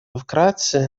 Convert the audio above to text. вкратце